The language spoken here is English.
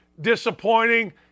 disappointing